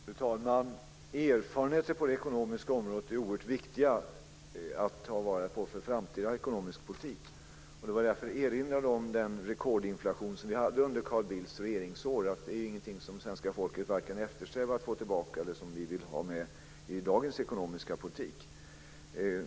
Fru talman! Erfarenheter på det ekonomiska området är oerhört viktiga att ta vara på för framtida ekonomisk politik. Det var därför jag erinrade om den rekordinflation vi hade under Carl Bildts regeringsår. Det är ingenting som vare sig svenska folket eftersträvar att få tillbaka eller vi vill ha med i dagens ekonomiska politik.